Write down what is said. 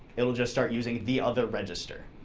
it'll just start using the other register.